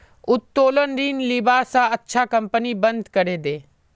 उत्तोलन ऋण लीबा स अच्छा कंपनी बंद करे दे